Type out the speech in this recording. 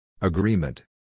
Agreement